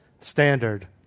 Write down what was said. standard